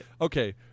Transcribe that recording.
okay